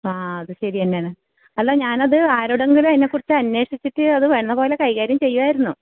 ആ അത് ശരിയന്നെയാണ് അല്ല ഞാനത് ആരോടെങ്കിലും അതിനെക്കുറിച്ചി അനേഷിച്ചിട്ട് അത് വന്നപോലെ കൈകാര്യം ചെയ്യമായിരുന്നു